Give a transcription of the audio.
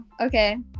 Okay